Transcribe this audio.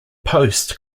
post